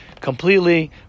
completely